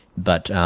but,